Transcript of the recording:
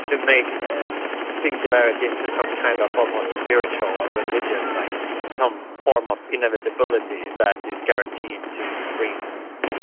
to make singularity into some kind of almost spiritual or religious idea, some um form of inevitability that is guaranteed to bring